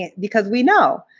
and because we know.